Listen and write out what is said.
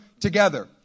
together